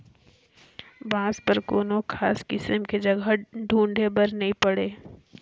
बांस बर कोनो खास किसम के जघा ढूंढे बर नई पड़े